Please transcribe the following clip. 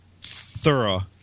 thorough